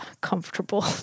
comfortable